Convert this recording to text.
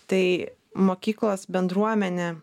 tai mokyklos bendruomenė